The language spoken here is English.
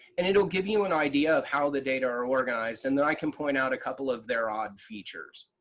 and it'll give you an idea of how the data are organized and then i can point out a couple of their odd features.